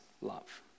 love